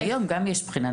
והיום גם יש בחינת